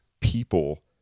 people